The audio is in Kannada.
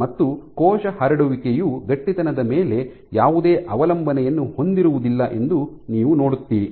ಮತ್ತು ಕೋಶ ಹರಡುವಿಕೆಯು ಗಟ್ಟಿತನದ ಮೇಲೆ ಯಾವುದೇ ಅವಲಂಬನೆಯನ್ನು ಹೊಂದಿರುವುದಿಲ್ಲ ಎಂದು ನೀವು ನೋಡುತ್ತೀರಿ